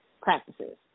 practices